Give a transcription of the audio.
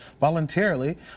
voluntarily